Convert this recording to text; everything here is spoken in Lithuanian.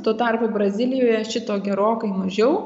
tuo tarpu brazilijoje šito gerokai mažiau